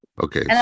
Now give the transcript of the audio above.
Okay